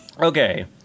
Okay